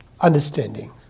understanding